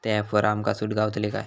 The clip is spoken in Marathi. त्या ऍपवर आमका सूट गावतली काय?